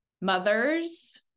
mothers